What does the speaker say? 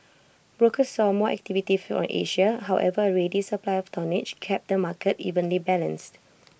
brokers saw more activity from Asia however A ready supply of tonnage kept the market evenly balanced